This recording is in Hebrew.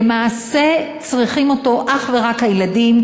למעשה צריכים אותו אך ורק הילדים,